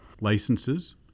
Licenses